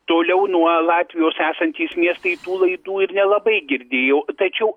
toliau nuo latvijos esantys miestai tų laidų ir nelabai girdėjo tačiau